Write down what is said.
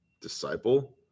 Disciple